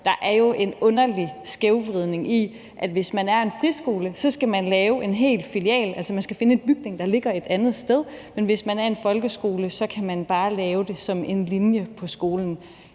der jo er en underlig skævvridning i, at hvis man er en friskole, så skal man lave en helt filial, altså finde en bygning, der ligger et andet sted, men hvis man er en folkeskole, så kan man bare lave det som en linje på skolen.